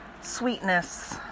sweetness